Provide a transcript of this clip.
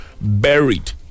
buried